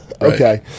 Okay